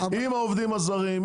עם העובדים הזרים,